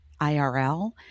IRL